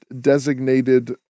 designated